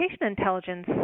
intelligence